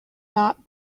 not